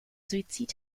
suizid